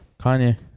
Kanye